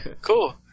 Cool